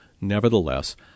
nevertheless